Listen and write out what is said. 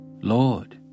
Lord